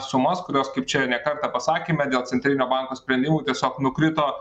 sumas kurios kaip čia ne kartą pasakėme dėl centrinio banko sprendimų tiesiog nukrito